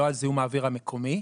לא על זיהום האוויר המקומי,